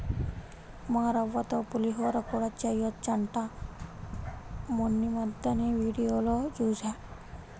ఉప్మారవ్వతో పులిహోర కూడా చెయ్యొచ్చంట మొన్నీమద్దెనే వీడియోలో జూశా